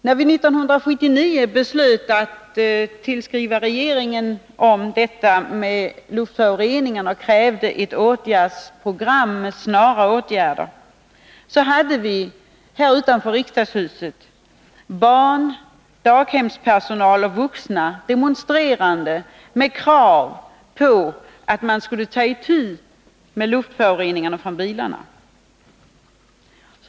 När vi 1979 beslöt att tillskriva regeringen beträffande luftföroreningarna och krävde ett åtgärdsprogram med snara åtgärder fanns här utanför riksdagshuset barn, daghemspersonal och vuxna demonstrerande med krav på att riksdagen skulle ta itu med frågan om luftföroreningar från bilar.